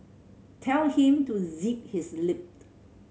tell him to zip his lip